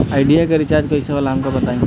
Idea के recharge कईसे होला हमका बताई?